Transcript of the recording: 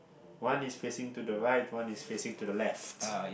one is facing to the right one is facing to the left